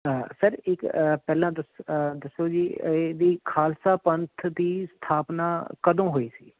ਹਾਂ ਸਰ ਇੱਕ ਪਹਿਲਾਂ ਦੱਸੋ ਜੀ ਇਹਦੀ ਖਾਲਸਾ ਪੰਥ ਦੀ ਸਥਾਪਨਾ ਕਦੋਂ ਹੋਈ ਸੀ